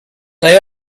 day